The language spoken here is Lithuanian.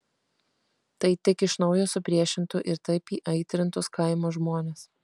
tai tik iš naujo supriešintų ir taip įaitrintus kaimo žmones